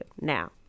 Now